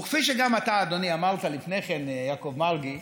וכפי שגם אתה, אדוני, אמרת לפני כן, יעקב מרגי,